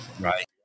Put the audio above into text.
right